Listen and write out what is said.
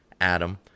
Adam